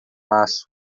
aço